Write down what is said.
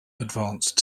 advanced